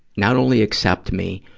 not only accept me,